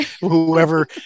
Whoever